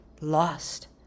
lost